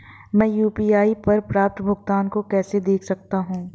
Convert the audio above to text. मैं यू.पी.आई पर प्राप्त भुगतान को कैसे देख सकता हूं?